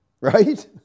right